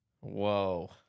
Whoa